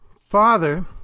Father